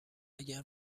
اگر